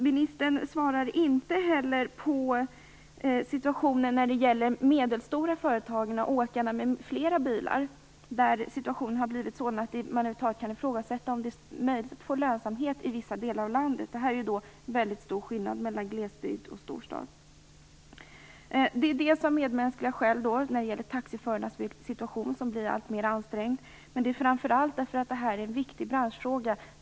Ministern säger inte heller någonting om situationen när det gäller de medelstora företagen, åkarna med flera bilar. För dem har situationen blivit sådan att man kan ifrågasätta om det över huvud taget är möjligt att få lönsamhet i vissa delar av landet. Här är det mycket stor skillnad mellan glesbygd och storstad. Av medmänskliga skäl bör man utreda taxiförarnas situation, som blir allt mer ansträngd. Men framför allt är det en viktig branschfråga.